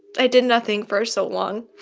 i did nothing for so long.